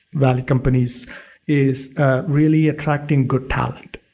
lot of companies is really attracting good talent.